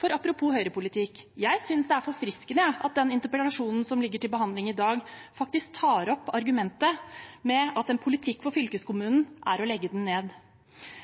høyrepolitikk: Jeg synes det er forfriskende at den interpellasjonen som vi behandler i dag, faktisk tar opp argumentet med at en politikk for fylkeskommunen er å legge den ned.